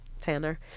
Tanner